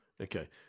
Okay